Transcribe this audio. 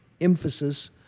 emphasis